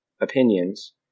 opinions